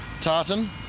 tartan